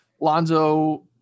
Lonzo